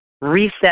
reset